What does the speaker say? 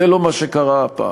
זה לא מה שקרה הפעם,